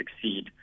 succeed